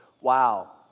Wow